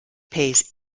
pays